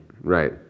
Right